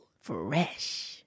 fresh